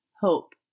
Hope